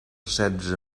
setze